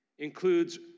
Includes